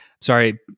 sorry